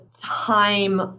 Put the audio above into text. time